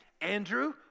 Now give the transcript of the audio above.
Andrew